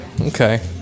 okay